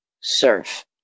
surf